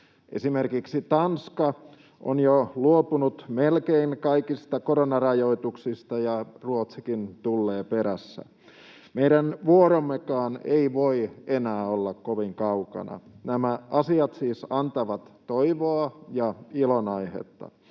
Esimerkiksi Tanska on jo luopunut melkein kaikista koronarajoituksista ja Ruotsikin tullee perässä. Meidänkään vuoromme ei voi enää olla kovin kaukana. Nämä asiat siis antavat toivoa ja ilonaihetta.